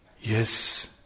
Yes